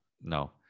no